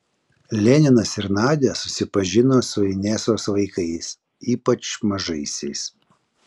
leninas ir nadia susipažino su inesos vaikais ypač mažaisiais